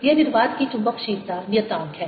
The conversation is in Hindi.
यह निर्वात की चुम्बकशीलता नियतांक है